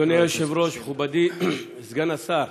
אדוני היושב-ראש, מכובדי סגן השר,